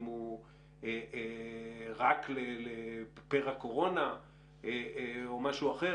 אם הוא רק לפר הקורונה או משהו אחר.